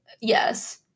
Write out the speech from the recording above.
yes